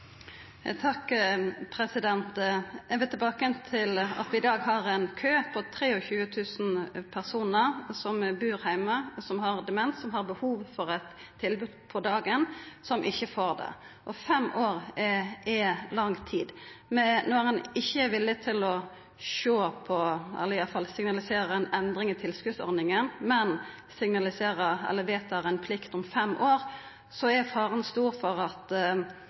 Eg vil tilbake igjen til dette at vi i dag har ein kø på 23 000 personar som bur heime og som har demens, som har behov for eit dagtilbod, og som ikkje får det. Fem år er lang tid. Når ein ikkje er villig til å sjå på – eller iallfall signalisera – ei endring i tilskotsordninga, men vedtar ei plikt om fem år, er faren stor for at